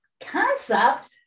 concept